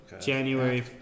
January